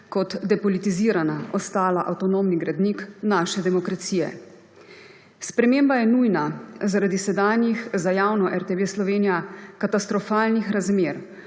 kot depolitizirana ostala avtonomni gradnik naše demokracije. Sprememba je nujna zaradi sedanjih, za javno RTV Slovenijo katastrofalnih, razmer,